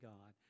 God